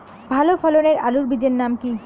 ভালো ফলনের আলুর বীজের নাম কি?